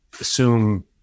assume